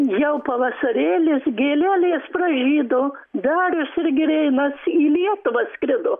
jau pavasarėlis gėlelės pražydo darius ir girėnas į lietuvą skrido